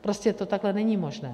Prostě to takhle není možné.